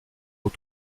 aux